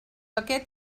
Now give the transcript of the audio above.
aquest